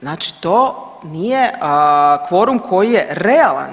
Znači to nije kvorum koji je realan.